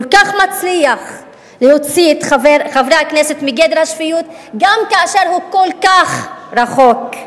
שכל כך מצליח להוציא את חברי הכנסת מגדר השפיות גם כאשר הוא כל כך רחוק,